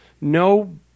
No